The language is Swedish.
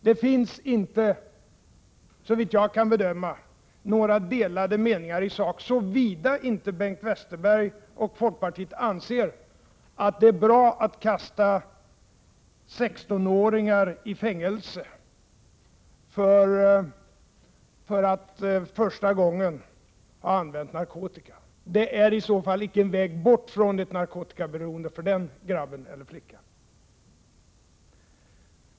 Det finns inte såvitt jag kan bedöma några delade meningar i sak, om nu inte Bengt Westerberg och folkpartiet anser att det är bra att kasta 16-åringar i fängelse sedan de har använt narkotika för första gången. Det är i så fall inte en väg bort från narkotikaberoende för den grabben eller flickan.